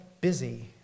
busy